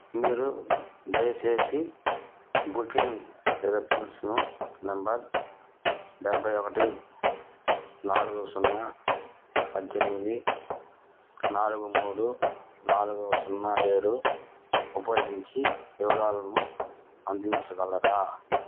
మీరు దయచేసి booking reference number డెబ్బై ఒకటి నాలుగు సున్నా పద్దెనిమిది నాలుగు మూడు నాలుగు సున్నా ఏడు ఉపయోగించి వివరాలను అందించగలరా